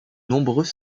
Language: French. nombreux